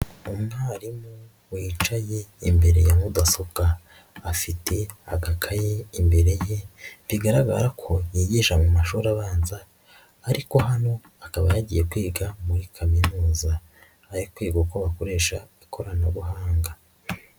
Umwarimu wicaye imbere ya mudasobwa, afite agakayi imbere ye bigaragara ko yigisha mu mashuri abanza, ariko hano akaba yagiye kwiga muri Kaminuza ari kwiga uko bakoresha ikoranabuhanga.